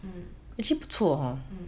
hmm